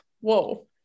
whoa